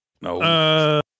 No